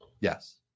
Yes